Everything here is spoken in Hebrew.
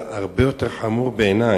זה הרבה יותר חמור בעיני,